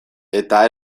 eta